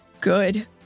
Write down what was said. Good